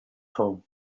home